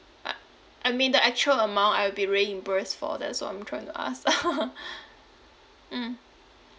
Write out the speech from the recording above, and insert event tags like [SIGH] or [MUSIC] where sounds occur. ah I mean the actual amount I will be reimbursed for that's what I'm trying to ask [LAUGHS] mm